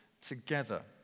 together